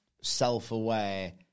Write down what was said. self-aware